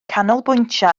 canolbwyntio